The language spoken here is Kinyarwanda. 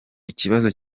ikibazo